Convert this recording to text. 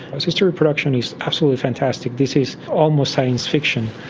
assisted reproduction is absolutely fantastic, this is almost science fiction,